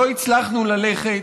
לא הצלחנו ללכת.